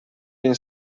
been